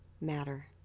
matter